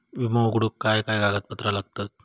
विमो उघडूक काय काय कागदपत्र लागतत?